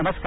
नमस्कार